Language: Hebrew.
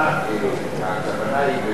הכוונה היא,